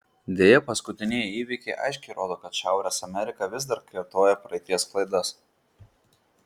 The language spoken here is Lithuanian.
deja paskutinieji įvykiai aiškiai rodo kad šiaurės amerika vis dar kartoja praeities klaidas